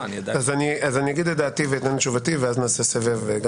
אני אגיד את דעתי ואת תשובתי ואז נעשה סבב גם